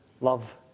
Love